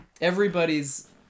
everybody's